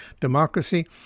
Democracy